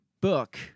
book